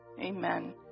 amen